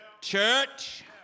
Church